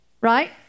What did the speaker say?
Right